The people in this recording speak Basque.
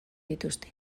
dituzte